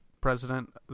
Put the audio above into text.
president